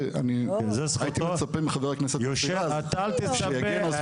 הייתי מצפה מחבר הכנסת מוסי רז שיגן על